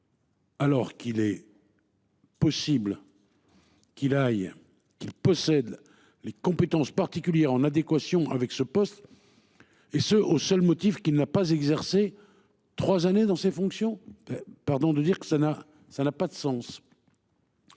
Alors qu'il est. Possible. Qu'il aille qui possède les compétences particulières en adéquation avec ce poste. Et ce au seul motif qu'il n'a pas exercé 3 années dans ses fonctions. Pardon de dire que ça n'a ça n'a pas de sens.